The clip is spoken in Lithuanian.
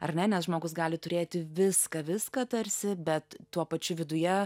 ar ne nes žmogus gali turėti viską viską tarsi bet tuo pačiu viduje